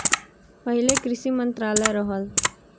पहिले कृषि मंत्रालय रहल